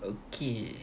okay